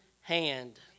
hand